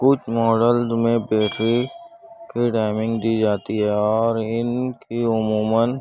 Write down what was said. کچھ ماڈل میں بیٹری کی ٹائمنگ دی جاتی ہے اور ان کی عموماً